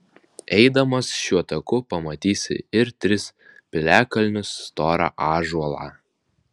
eidamas šiuo taku pamatysi ir tris piliakalnius storą ąžuolą